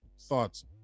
thoughts